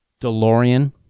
DeLorean